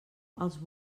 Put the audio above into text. els